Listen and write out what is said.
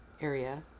area